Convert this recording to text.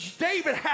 David